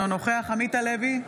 אינו נוכח עמית הלוי,